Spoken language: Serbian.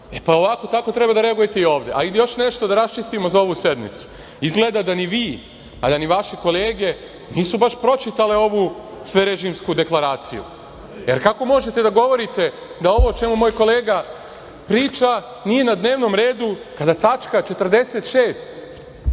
Pa tako treba da reagujete i ovde. Još nešto da raščistimo za ovu sednicu. Izgleda da ni vi, ni vaše kolege, nisu baš pročitale ovu sverežimsku deklaraciju, jer kako možete da govorite da ovo o čemu moj kolega priča nije na dnevnom redu, kada tačka 46,